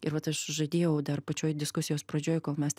ir vat aš žadėjau dar pačioj diskusijos pradžioj kol mes